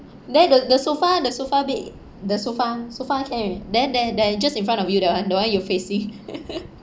there the the sofa the sofa bed the sofa sofa can already there there there just in front of you that one the one you facing